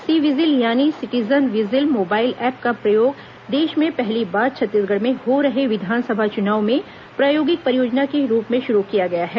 सी vigil यानी citizen vigil mobile app का प्रयोग देश में पहली बार छत्तीसगढ़ में हो रहे विधानसभा चुनाव में प्रायोगिक परियोजना के रूप में शुरू किया गया है